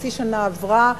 חצי שנה עברה,